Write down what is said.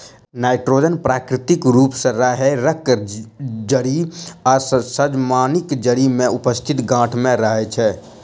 nitrogen प्राकृतिक रूप सॅ राहैड़क जड़ि आ सजमनिक जड़ि मे उपस्थित गाँठ मे रहैत छै